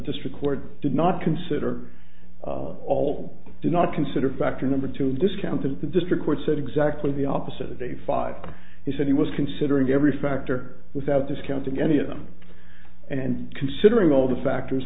district court did not consider all do not consider factor number to discount and the district court said exactly the opposite of a five he said he was considering every factor without discounting any of them and considering all the factors